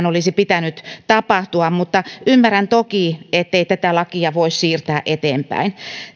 olisi pitänyt tapahtua mutta ymmärrän toki ettei tätä lakia voi siirtää eteenpäin